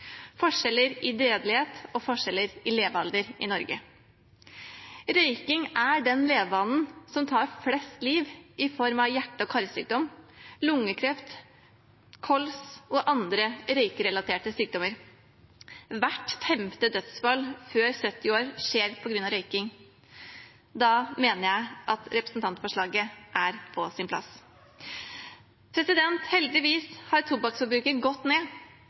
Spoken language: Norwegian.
forskjeller i dødelighet og forskjeller i levealder i Norge. Røyking er den levevanen som tar flest liv i form av hjerte- og karsykdom, lungekreft, kols og andre røykerelaterte sykdommer. Hvert femte dødsfall før fylte 70 år skjer på grunn av røyking. Da mener jeg at representantforslaget er på sin plass. Heldigvis har tobakksforbruket gått ned.